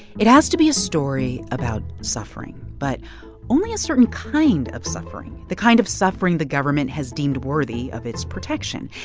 it has to be a story about suffering but only a certain kind of suffering, the kind of suffering the government has deemed worthy of its protection.